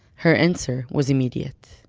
her answer was immediate